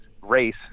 race